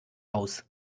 aus